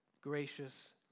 gracious